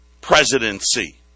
presidency